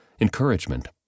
encouragement